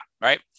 Right